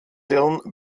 dillon